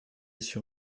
sur